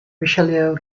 richelieu